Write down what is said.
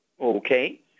Okay